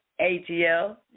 ATL